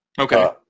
Okay